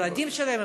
עם הילדים שלהם,